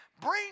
Bring